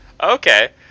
Okay